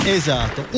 esatto